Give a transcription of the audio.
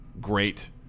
great